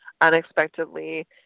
unexpectedly